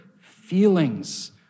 feelings